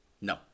No